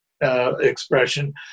Expression